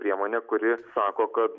priemonė kuri sako kad